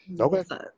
Okay